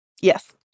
Yes